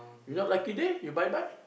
you not lucky there you bye bye